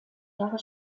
jahre